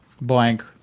blank